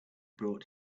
brought